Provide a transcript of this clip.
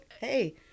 Hey